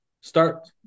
start